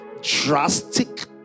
drastic